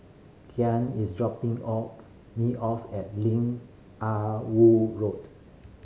Karyn is dropping off me off at Lim Ah Woo Road